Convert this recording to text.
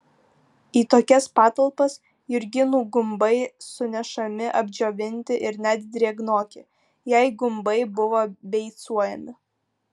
į tokias patalpas jurginų gumbai sunešami apdžiovinti ir net drėgnoki jei gumbai buvo beicuojami